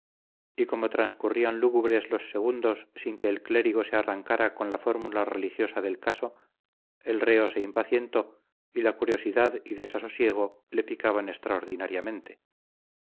y como transcurrían lúgubres los segundos sin que el clérigo se arrancara con la fórmula religiosa del caso el reo se impacientó y la curiosidad y desasosiego le picaban extraordinariamente